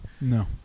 No